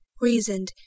reasoned